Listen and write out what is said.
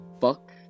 fuck